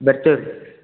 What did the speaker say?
ಬರ್ತೀವಿ ರೀ